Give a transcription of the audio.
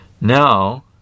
Now